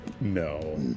No